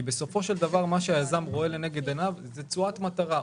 בסופו של דבר מה שהיזם רואה לנגד עיניו זאת תשואת מטרה.